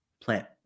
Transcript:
plant